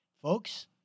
Folks